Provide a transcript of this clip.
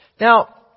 Now